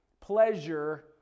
pleasure